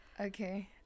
okay